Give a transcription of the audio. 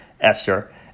Esther